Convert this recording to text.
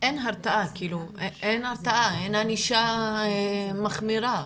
אין הרתעה, אין ענישה מחמירה.